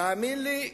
תאמין לי,